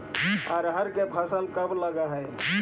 अरहर के फसल कब लग है?